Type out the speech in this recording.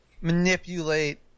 manipulate